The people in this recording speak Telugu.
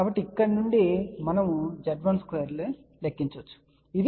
కాబట్టి ఇక్కడ నుండి మనము Z12 లెక్కించవచ్చు ఇది Z in 1×ZL